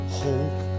hope